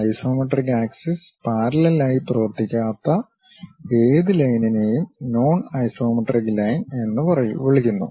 isometric ആക്സിസ്ന് parallel ആയി പ്രവർത്തിക്കാത്ത ഏത് ലൈനിനെയും നോൺ ഐസോമെട്രിക് ലൈൻ എന്ന് വിളിക്കുന്നു